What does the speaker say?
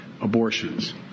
abortions